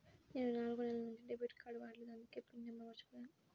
నేను నాలుగు నెలల నుంచి డెబిట్ కార్డ్ వాడలేదు అందుకే పిన్ నంబర్ను మర్చిపోయాను